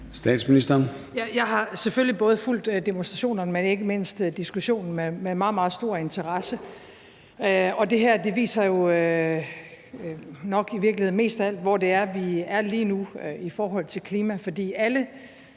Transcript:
Frederiksen): Jeg har selvfølgelig både fulgt demonstrationerne og ikke mindst diskussionen med meget, meget stor interesse, og det her viser jo nok i virkeligheden mest af alt, hvor det er, vi er lige nu i forhold til klima, for alle